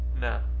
No